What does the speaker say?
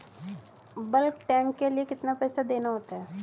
Bulk tank के लिए कितना पैसा देना होता है?